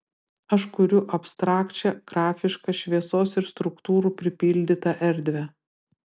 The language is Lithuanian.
aš kuriu abstrakčią grafišką šviesos ir struktūrų pripildytą erdvę